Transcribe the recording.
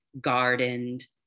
gardened